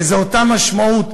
וזו אותה משמעות.